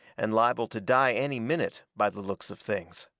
and liable to die any minute, by the looks of things.